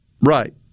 right